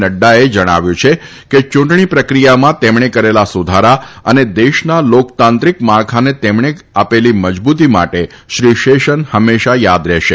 નઙાએ જણાવ્યું છે કે ચૂંટણી પ્રકિયામાં તેમણે કરેલા સુધારા અને દેશના લોકતાંત્રિક માળખાને તેમણે આપેલી મજબૂતી માટે શ્રી શેષન હંમેશા યાદ રહેશે